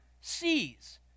sees